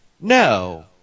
no